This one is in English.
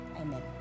amen